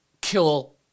kill